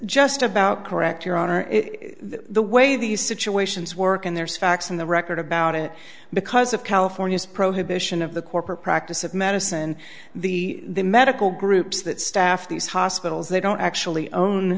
just about correct your honor it's the way these situations work and there's facts in the record about it because of california's prohibit of the corporate practice of medicine the medical groups that staff these hospitals they don't actually own